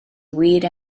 wir